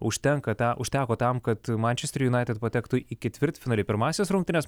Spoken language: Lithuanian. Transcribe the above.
užtenka to užteko tam kad mančesterio united patektų į ketvirtfinalį pirmąsias rungtynes